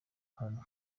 ahantu